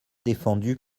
défendu